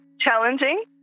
challenging